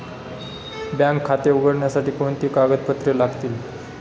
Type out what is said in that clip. Bank खाते उघडण्यासाठी कोणती कागदपत्रे लागतील?